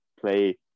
play